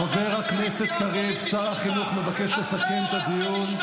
חבר הכנסת קריב, שר החינוך מבקש לסכם את הדיון.